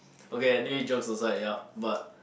okay anyway jokes aside yup but